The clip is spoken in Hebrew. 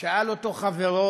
שאל אותו חברו: